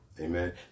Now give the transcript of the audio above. amen